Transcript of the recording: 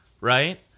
right